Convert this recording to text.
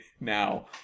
now